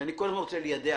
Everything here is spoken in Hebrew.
שאני כל הזמן רוצה ליידע,